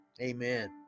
amen